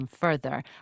further